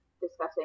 discussing